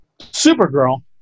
Supergirl